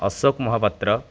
Ashok Mohapatra